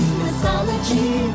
mythology